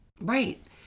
Right